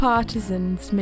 Partisans